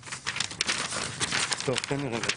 הראש,